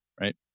right